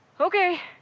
Okay